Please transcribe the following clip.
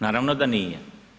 Naravno da nije.